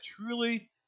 truly